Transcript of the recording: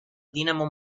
dinamo